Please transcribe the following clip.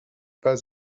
pas